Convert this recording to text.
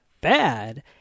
bad